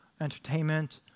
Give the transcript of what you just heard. entertainment